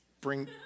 bring